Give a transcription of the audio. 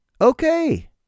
Okay